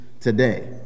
today